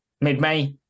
Mid-May